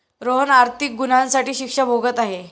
रोहन आर्थिक गुन्ह्यासाठी शिक्षा भोगत आहे